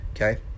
okay